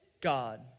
God